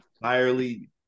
entirely